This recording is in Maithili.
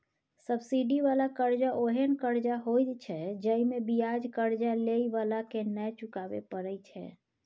सब्सिडी बला कर्जा ओहेन कर्जा होइत छै जइमे बियाज कर्जा लेइ बला के नै चुकाबे परे छै